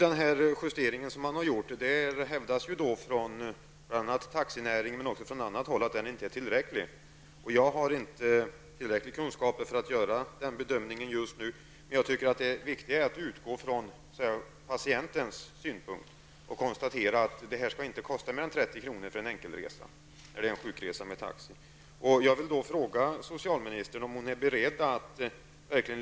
Det hävdas nu, bl.a. från taxinäringen men också från annat håll, att den justering man har gjort inte är tillräcklig. Jag har inte tillräckliga kunskaper för att göra någon bedömning av det. Men jag tycker att det viktiga är att utgå från patientens synpunkter och konstatera att det inte skall kosta mer än 30 kr. för en sjukresa med taxi. Jag vill därför fråga socialministern om hon är beredd att leva upp till det.